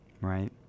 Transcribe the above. right